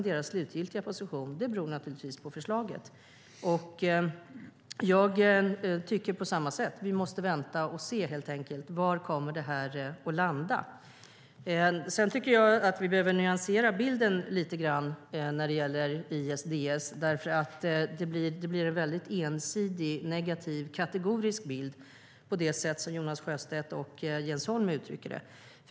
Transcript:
Deras slutgiltiga position beror naturligtvis på förslaget. Jag tycker på samma sätt: Vi måste vänta och se var det här kommer att landa. Sedan tycker jag att vi behöver nyansera bilden lite grann när det gäller ISDS, för det blir en väldigt ensidig, negativ och kategorisk bild på det sätt som Jonas Sjöstedt och Jens Holm uttrycker det.